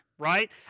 Right